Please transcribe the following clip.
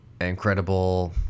incredible